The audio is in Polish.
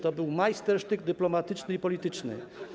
To był majstersztyk dyplomatyczny i polityczny.